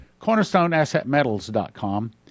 cornerstoneassetmetals.com